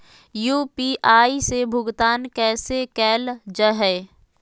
UPI से भुगतान कैसे कैल जहै?